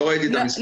לא ראיתי את המסמך.